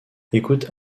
écoutent